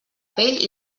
pell